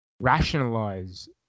rationalize